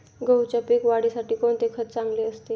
गहूच्या पीक वाढीसाठी कोणते खत चांगले असते?